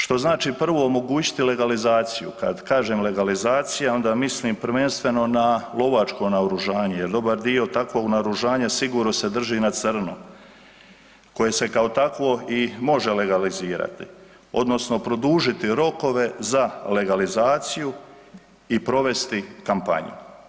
Što znači, prvo omogućiti legalizaciju, kad kažem legalizacija, onda mislim prvenstveno na lovačko naoružanje jer dobar dio takvog naoružanja sigurno se drži na crno koje se kao takvo i može legalizirati odnosno produžiti rokove za legalizaciju i provesti kampanju.